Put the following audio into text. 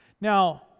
Now